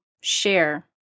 share